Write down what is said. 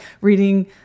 reading